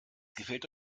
gefällt